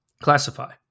Classify